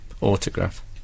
autograph